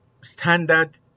standard